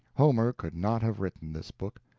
homer could not have written this book,